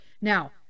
Now